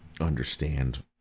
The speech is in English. understand